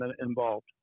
involved